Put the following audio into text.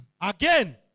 Again